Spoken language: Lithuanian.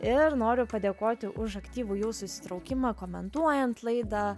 ir noriu padėkoti už aktyvų jūsų įsitraukimą komentuojant laidą